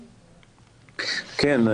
כן.